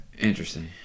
interesting